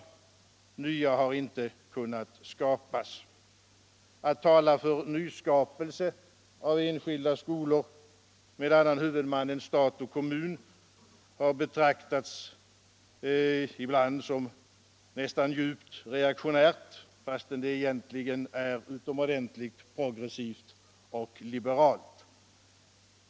Nya har inte kunnat skapas. Att tala för nyskapelse av enskilda skolor med annan huvudman än stat och kommun har ibland betraktats som nästan djupt reaktionärt fastän det egentligen är utomordentligt progressivt och liberalt.